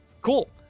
cool